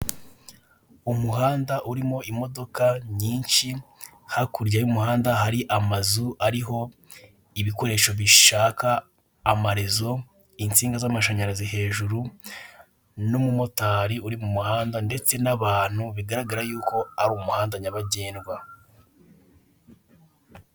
Umuhanda urimo imodoka nyinshyi hakurya y'umuhanda hari amazu n'ibikoresho bishaka amarezo, ndetse n'insinga z'amashanyarazi hejuru, n'umumotari uri mu muhanda ndetse n'abantu bigaragara ko Ari umuhanda nyabagendwa.